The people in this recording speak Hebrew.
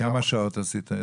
כמה שעות עשית?